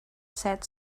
said